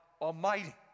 Almighty